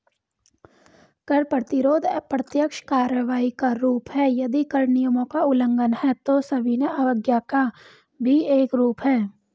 कर प्रतिरोध प्रत्यक्ष कार्रवाई का रूप है, यदि कर नियमों का उल्लंघन है, तो सविनय अवज्ञा का भी एक रूप है